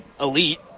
elite